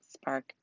Spark